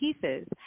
pieces